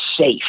safe